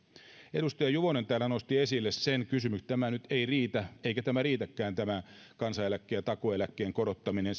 edustaja juvonen täällä nosti esille sen että tämä nyt ei riitä eikä tämä kansaneläkkeen ja takuueläkkeen korottaminen